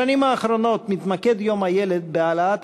בשנים האחרונות מתמקד יום הילד בהעלאת